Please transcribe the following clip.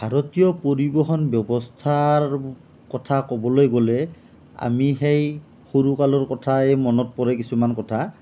ভাৰতীয় পৰিবহণ ব্যৱস্থাৰ কথা ক'বলৈ গ'লে আমি সেই সৰুকালৰ কথাই মনত পৰে কিছুমান কথা